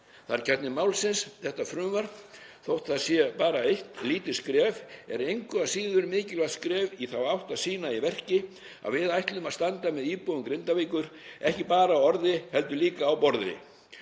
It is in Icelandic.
er kjarni málsins. Þetta frumvarp, þótt það sé bara eitt lítið skref, er engu að síður mikilvægt skref í þá átt að sýna í verki að við ætlum að standa með íbúum Grindavíkur, ekki bara í orði heldur líka á borði